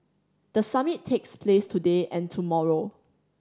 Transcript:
the summit takes place today and tomorrow